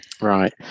Right